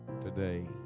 today